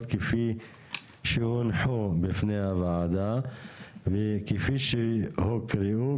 כפי שהונחו בפני הוועדה וכפי שהוקראו,